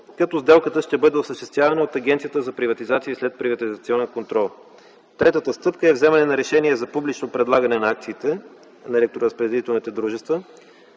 като сделката ще бъде осъществявана от Агенцията за приватизация и следприватизационен контрол. Третата стъпка е вземане на решение за публично предлагане на акциите на